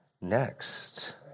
Next